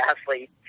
athlete